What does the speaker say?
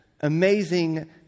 amazing